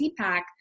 cpac